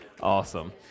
Awesome